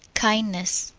kindness.